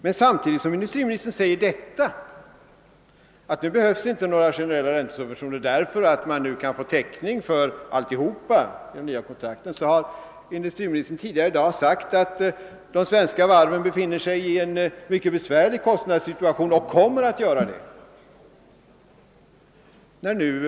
Men industriministern har tidigare i dag sagt att de svenska varven befinner sig i en mycket besvärlig kostnadssituation och kommer att göra det även framdeles.